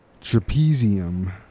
trapezium